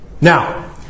Now